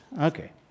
Okay